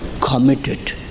committed